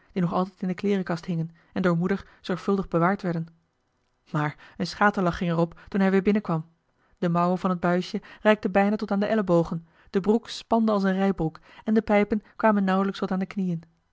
die nog altijd in de kleerenkast hingen en door moeder zorgvuldig bewaard werden maar een schaterlach ging er op toen hij weer binnenkwam de mouwen van het buisje reikten bijna tot aan de ellebogen de broek spande als een rijbroek en de pijpen kwamen nauwelijks tot aan de knieën